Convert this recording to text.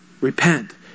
Repent